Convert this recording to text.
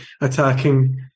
attacking